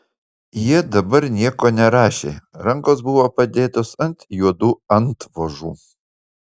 jie dabar nieko nerašė rankos buvo padėtos ant juodų antvožų